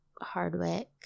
Hardwick